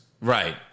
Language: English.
Right